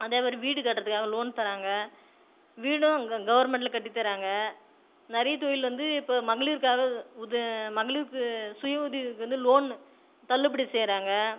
அதேமாதிரி வீடு கட்டுறதுக்காக லோன் தராங்க வீடும் க கவுர்மெண்ட்டில் கட்டித்தராங்க நிறைய தொழில் வந்து இப்போ மகளிருக்காக உத மகளிருக்கு சுய உதவிக்கு வந்து லோனு தள்ளுபடி செய்யறாங்க